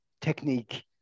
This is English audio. technique